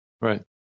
Right